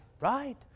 right